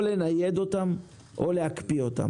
או לנייד אותם או להקפיא אותם?